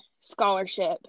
scholarship